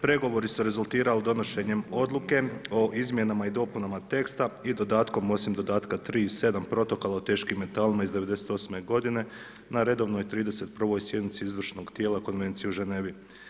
Pregovori su rezultirali donošenjem odluke o izmjenama i dopunama teksta i dodatkom, osim dodatka 3 i 7 protokola o teškim metalima iz '98.g. na redovnoj 31 sjednici izvršnog tijela Konvencije u Ženevi.